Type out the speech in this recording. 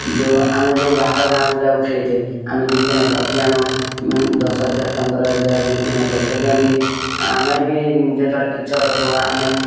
ଯେଉଁ ଆମେ ଯେଉଁ ବାହାର ଗାଁକୁ ଯାଉ ଖେଳିତେ ଆମେ ଜିତିଲେ ଟ୍ରଫି ଆଣୁ ଦଶ ହଜାର ପନ୍ଦର ହଜାର ଜିତିଲେ ପଇସା ଦିଅନ୍ତି ଆମେ ବି ଯେତେବେଳେ ଫିକ୍ଚର୍ ରଖୁ ଆମେ